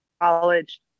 college